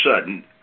sudden